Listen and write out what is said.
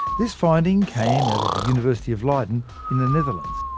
this finding came out of the university of leiden in the netherlands.